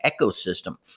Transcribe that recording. ecosystem